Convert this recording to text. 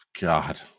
God